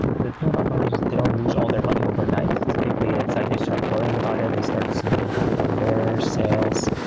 the thing about companies is they don't lose all their money overnight, typically it's like they start worrying about it. they start seeing impact on their sales.